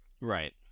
right